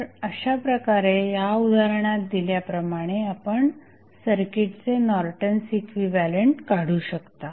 तर अशाप्रकारे या उदाहरणात दिल्याप्रमाणे आपण सर्किटचे नॉर्टन्स इक्विव्हॅलंट काढू शकता